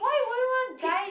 peak